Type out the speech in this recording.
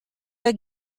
wer